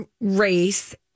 race